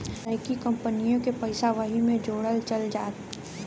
नइकी कंपनिओ के पइसा वही मे जोड़ल चल जात